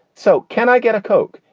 so can i get a coke?